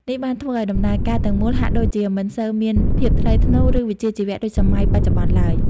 នេះបានធ្វើឲ្យដំណើរការទាំងមូលហាក់ដូចជាមិនសូវមានភាពថ្លៃថ្នូរ ឬវិជ្ជាជីវៈដូចសម័យបច្ចុប្បន្នឡើយ។